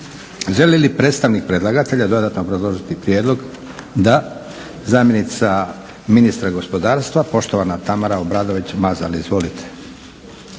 Želi li predstavnik predlagatelja dodatno obrazložiti prijedlog? Da. Zamjenica ministra gospodarstva poštovana Tamara Obradović Mazal. Izvolite.